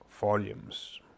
volumes